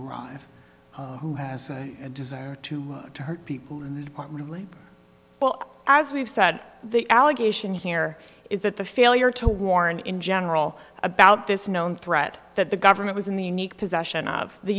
arrive who has a desire too much to hurt people in the department of labor well as we've said the allegation here is that the failure to warn in general about this known threat that the government was in the unique possession of the